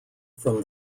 from